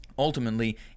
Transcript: Ultimately